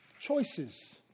Choices